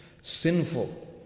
sinful